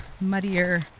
muddier